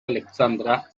alexandra